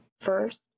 first